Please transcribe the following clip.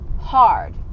hard